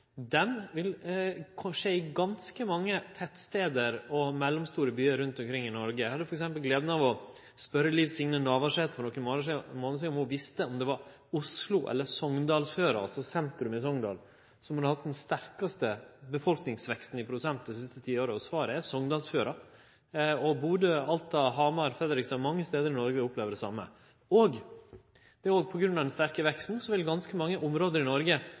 Den utviklinga vi har diskutert mykje med Oslo og Akershus som utgangspunkt, vil skje i ganske mange tettstader og mellomstore byar rundt om i Noreg. Eg hadde f.eks. gleda av å spørje Liv Signe Navarsete for nokre månader sidan om ho visste om det var Oslo eller Sogndalsfjøra – altså sentrum i Sogndal – som hadde hatt den sterkaste prosentvise folkeveksten dei siste ti åra. Svaret er Sognsdalsfjøra. Bodø, Alta, Hamar og Fredrikstad – mange stader i Noreg – opplever det same. På grunn av den sterke veksten vil ganske mange område i Noreg,